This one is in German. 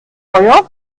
feuer